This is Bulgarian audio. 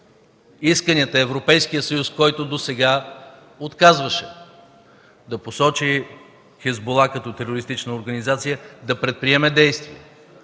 исканията до Европейския съюз, който досега отказваше да посочи „Хизбула” като терористична организация, да предприеме действия.